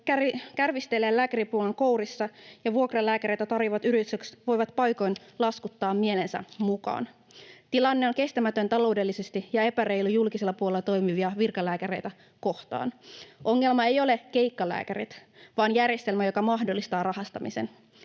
kärvistelee lääkäripulan kourissa, ja vuokralääkäreitä tarjoavat yritykset voivat paikoin laskuttaa mielensä mukaan. Tilanne on kestämätön taloudellisesti ja epäreilu julkisella puolella toimivia virkalääkäreitä kohtaan. Ongelma eivät ole keikkalääkärit vaan järjestelmä, joka mahdollistaa rahastamisen.